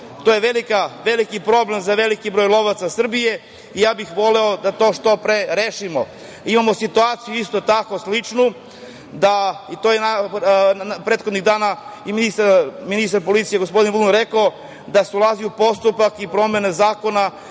To je veliki problem za veliki broj lovaca Srbije i ja bih voleo da to što pre rešimo. Imamo situaciju, isto tako sličnu, i to je prethodnih dana i ministar policije gospodin Vulin rekao, da se ulazi u postupak promene zakona